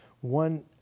one